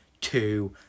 two